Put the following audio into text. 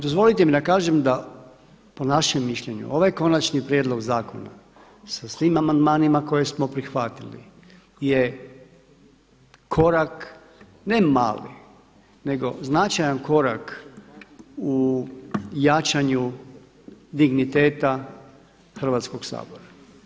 Dozvolite mi da kažem po našem mišljenju ovaj konačni prijedlog zakona sa svim amandmanima koje smo prihvatili je korak ne mali, nego značajan korak u jačanju digniteta Hrvatskoga sabora.